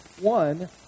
one